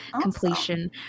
completion